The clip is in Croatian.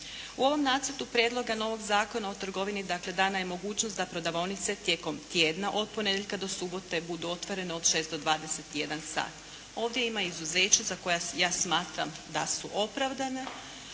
U ovom nacrtu prijedloga novog Zakona o trgovini dakle dana je mogućnost da prodavaonice tijekom tjedna od ponedjeljka do subote budu otvorene do 6 do 21 sat. Ovdje ima izuzeća za koja ja smatram da su opravdana,